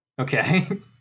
okay